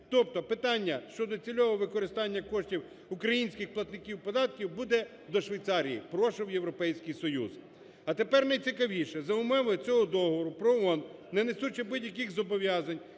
Тобто питання щодо цільового використання коштів українських платників податків, буде до Швейцарії: прошу в Європейський Союз. А тепер найцікавіше. За умови цього договору ПРООН, не несучи будь-яких зобов'язань,